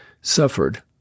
suffered